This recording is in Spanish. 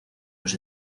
los